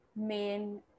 main